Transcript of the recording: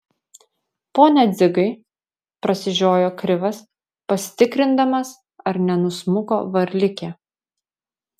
pone dzigai prasižiojo krivas pasitikrindamas ar nenusmuko varlikė